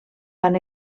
van